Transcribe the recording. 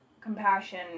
compassion